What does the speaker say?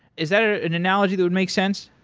is that ah an analogy that would make sense?